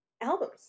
Albums